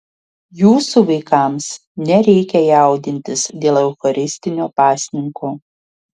jūsų vaikams nereikia jaudintis dėl eucharistinio pasninko